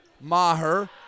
Maher